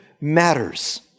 matters